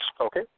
Okay